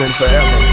forever